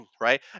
right